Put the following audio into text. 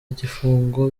gifungo